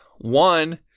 One